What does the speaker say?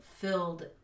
filled